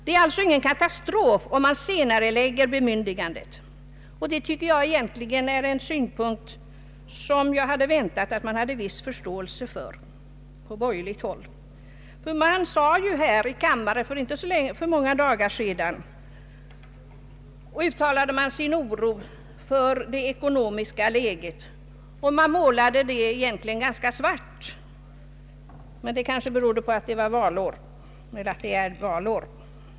Det är alltså ingen katastrof om man senarelägger bemyndigandet, och jag hade väntat att man skulle ha viss förståelse för den synpunkten på borgerligt håll. För inte så många dagar sedan uttalade man här i kammaren sin oro för det ekonomiska läget. Man målade det ganska svart. Det kanske berodde på att det är valår.